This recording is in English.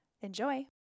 Enjoy